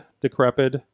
decrepit